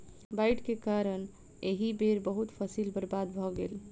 बाइढ़ के कारण एहि बेर बहुत फसील बर्बाद भअ गेल